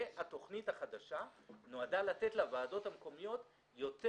התוכנית החדשה נועדה לתת לוועדות המקומיות יותר